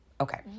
okay